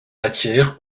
matières